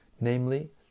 namely